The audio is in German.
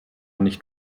nicht